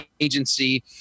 agency